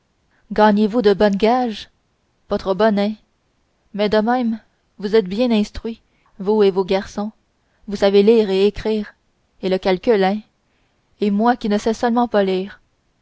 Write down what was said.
gagniez vous de bonnes gages pas trop bonnes eh mais de même vous êtes ben instruits vous et vos garçons vous savez lire et écrire et le calcul eh et moi qui ne sais seulement pas lire